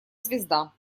звезда